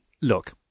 Look